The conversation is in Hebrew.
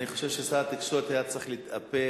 אני חושב ששר התקשורת היה צריך להתאפק,